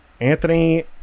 Anthony